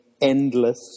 endless